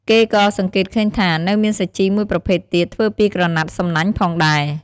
គេក៏សង្កេតឃើញថា នៅមានសាជីមួយប្រភេទទៀតធ្វើពីក្រណាត់សំណាញ់ផងដែរ។